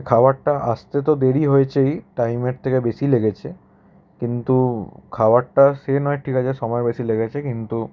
খাবারটা আসতে তো দেরি হয়েছেই টাইমের থেকে বেশি লেগেছে কিন্তু খাবারটা সে নয় ঠিক আছে সমায় বেশি লেগেছে কিন্তু